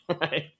right